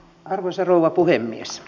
arvoisa rouva puhemies